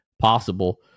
possible